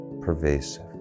pervasive